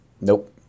Nope